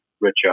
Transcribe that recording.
richer